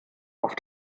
auf